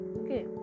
okay